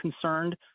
concerned